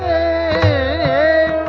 a